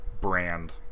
brand